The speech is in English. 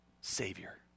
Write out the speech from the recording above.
Savior